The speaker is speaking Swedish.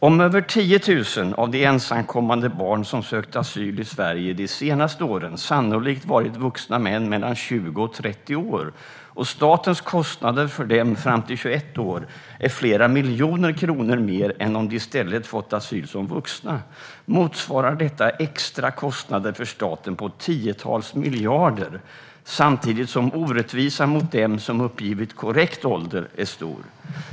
Om över 10 000 av de ensamkommande barn som sökt asyl i Sverige de senaste åren sannolikt varit vuxna män mellan 20 och 30 år, och statens kostnader för dem fram till 21 år är flera miljoner kronor mer än om de i stället fått asyl som vuxna, motsvarar detta extra kostnader för staten på tiotals miljarder, samtidigt som orättvisan mot dem som uppgivit korrekt ålder är stor.